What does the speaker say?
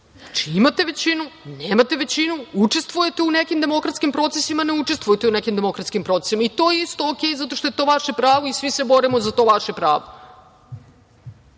imate većinu, nemate većinu, učestvujete u nekim demokratskim procesima, ne učestvujete u nekim demokratskim procesima. To je isto u redu zato što je to više pravo i svi se borimo za to vaše pravo.